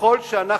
ככל שאנחנו,